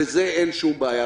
בזה אין שום בעיה,